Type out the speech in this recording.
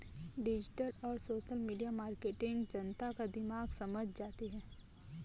digital और social media marketing जनता का दिमाग समझ जाती है